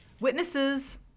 Witnesses